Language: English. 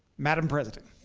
madam president.